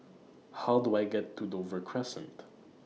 How Do I get to Dover Crescent